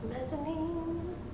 Mezzanine